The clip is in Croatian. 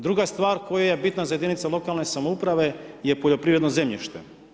Druga stvar koja je bitna za jedinice lokalne samouprave je poljoprivredno zemljište.